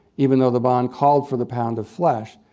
even though the bond called for the pound of flesh.